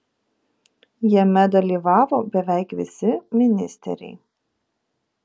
jame dalyvavo beveik visi ministeriai